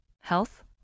health